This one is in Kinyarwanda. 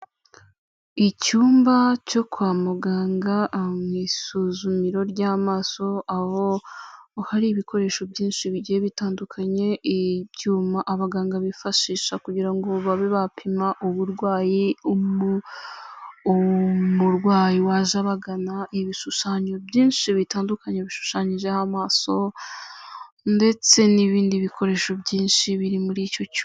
Icyumba cyo kwa muganga mu isuzumiro ry'amaso, aho hari ibikoresho byinshi bigiye bitandukanye, ibyuma abaganga bifashisha kugira ngo babe bapima uburwayi, umurwayi waje abagana, ibishushanyo byinshi bitandukanye bishushanyijeho amaso, ndetse n'ibindi bikoresho byinshi biri muri icyo cyumba.